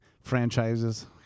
franchises